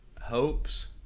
hopes